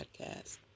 podcast